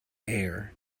air